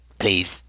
please